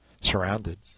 surrounded